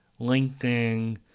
LinkedIn